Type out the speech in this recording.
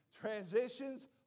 Transitions